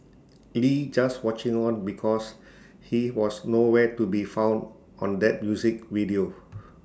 lee just watching on because he was no where to be found on that music video